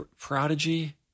prodigy